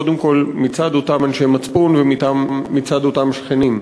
קודם כול מצד אותם אנשי מצפון ומצד אותם שכנים.